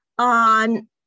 on